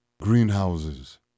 greenhouses